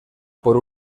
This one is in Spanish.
por